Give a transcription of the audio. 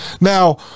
now